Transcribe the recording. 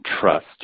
trust